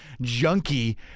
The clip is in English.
junkie